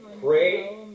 Pray